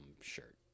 shirt